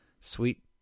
sweet